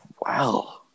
wow